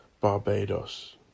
Barbados